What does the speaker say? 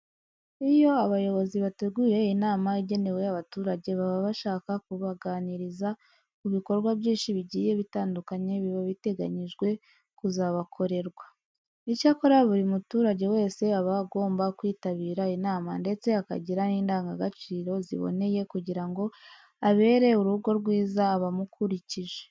Iyo abayobozi bateguye inama igenewe abaturage baba bashaka kubaganiriza ku bikorwa byinshi bigiye bitandukanye biba biteganyijwe kuzabakorerwa. Icyakora buri muturage wese aba agomba kwitabira inama ndetse akagira n'indangagaciro ziboneye kugira ngo abere urugero rwiza abamukikije.